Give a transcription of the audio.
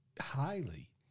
highly